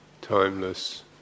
timeless